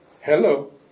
Hello